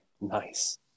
nice